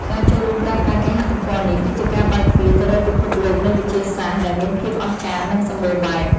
ការចូលរួមប្រើប្រាស់គេហទំព័រនេះ គឺជាការបើកទ្វារទៅរកពិភពលោកនៃវិទ្យាសាស្ត្រដែលមានភាពអស្ចារ្យនិងសម្បូរបែប។